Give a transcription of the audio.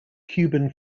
cuban